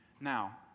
now